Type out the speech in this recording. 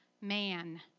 man